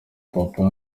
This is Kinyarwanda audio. papa